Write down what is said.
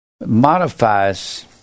modifies